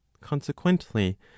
Consequently